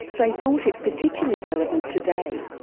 they thought it particularly relevant today.